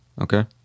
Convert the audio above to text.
Okay